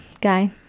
guy